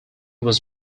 was